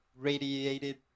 Radiated